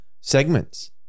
segments